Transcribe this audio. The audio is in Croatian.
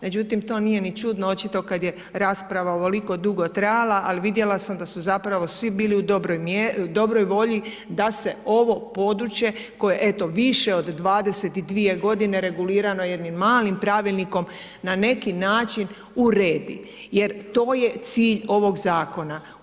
Međutim, to nije ni čudno očito kad je rasprava ovoliko dugo trajala ali vidjela sam da su zapravo svi bili u dobroj mjeri, dobroj volji da se ovo područje koje eto više od 22 godine regulirano jednim malim pravilnikom na neki način uredi, jer to je cilj ovog zakona.